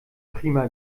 prima